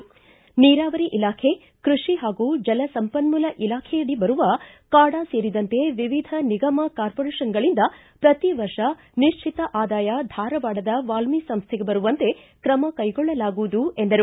ನೀರಾವರಿ ಇಲಾಖೆ ಕೃಷಿ ಹಾಗೂ ಜಲ ಸಂಪನ್ನೂಲ ಇಲಾಖೆಯಡಿ ಬರುವ ಕಾಡಾ ಸೇರಿದಂತೆ ವಿವಿಧ ನಿಗಮ ಕಾರ್ಮೊರೇಶನ್ಗಳಿಂದ ಪ್ರತಿ ವರ್ಷ ನಿಶ್ಚಿತ ಆದಾಯ ಧಾರವಾಡದ ವಾಲ್ಮಿ ಸಂಸ್ವೆಗೆ ಬರುವಂತೆ ಕ್ರಮ ಕೈಗೊಳ್ಳಲಾಗುವುದು ಎಂದರು